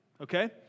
Okay